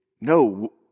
no